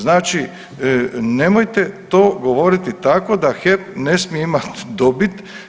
Znači nemojte to govoriti tako da HEP ne smije imati dobit.